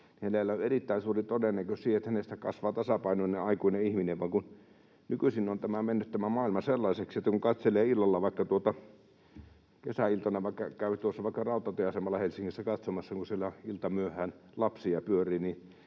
hänestä kasvaa tasapainoinen aikuinen ihminen, vaan kun nykyisin on mennyt tämä maailma sellaiseksi, että kun katselee illalla, vaikka kesäiltana käy tuossa vaikka rautatieasemalla Helsingissä katsomassa, kun siellä iltamyöhään lapsia pyörii,